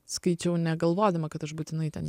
skaičiau negalvodama kad aš būtinai ten